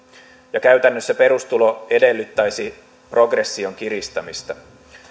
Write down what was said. ja käytännössä perustulo edellyttäisi progression kiristämistä